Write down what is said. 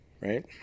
right